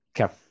Okay